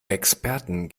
experten